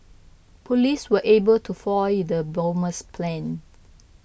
police were able to foil the bomber's plans